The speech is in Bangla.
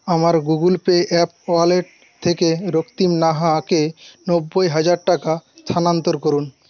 আমার গুগল পে অ্যাপ ওয়ালেট থেকে রক্তিম নাহাকে নব্বই হাজার টাকা স্থানান্তর করুন